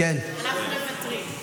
אנחנו מוותרים.